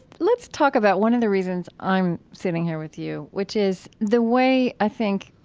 let's talk about one of the reasons i'm sitting here with you, which is the way, i think,